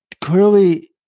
clearly